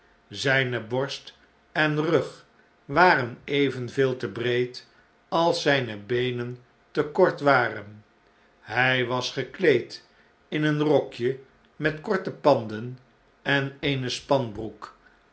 zijne borst en rug waren evenveel te breed als zijne beenen te kort waren hij was gekleed in een rokje met korte panden en eene spanbroek